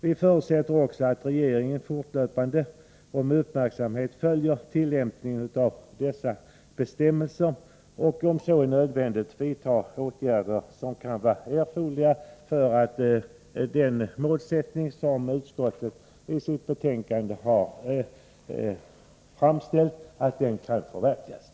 Vi förutsätter också att regeringen fortlöpande och med uppmärksamhet följer tillämpningen av bestämmelserna och vidtar de åtgärder som kan vara erforderliga för att den målsättning som utskottet har redovisat i sitt betänkande skall kunna förverkligas.